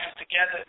together